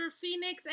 Phoenix